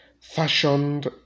fashioned